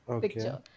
picture